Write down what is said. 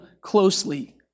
closely